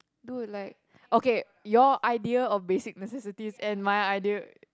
dude like okay your idea of basic necessities and my idea